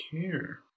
care